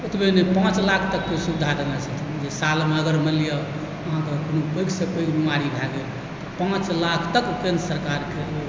ओतबे नहि पाञ्च लाख तकके सुविधा देने छथिन जे सालमे अगर मानि लिअ अहाँके कुनू पैघसँ पैघ बीमारी भए गेल तऽ पाञ्च लाख तक केन्द्र सरकारके ओ